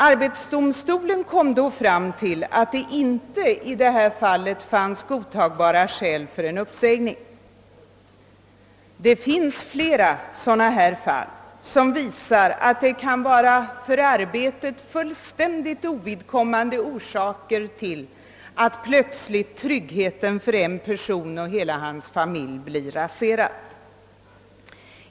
Arbetsdomstolens behandling av ärendet ledde fram till slutsatsen, att det i detta fall inte förelåg godtagbara skäl för en uppsägning. Det finns flera sådana fall som visar att det kan vara för arbetet fullständigt ovidkommande orsaker till att plötsligt tryggheten för en person och hela hans familj blir raserad.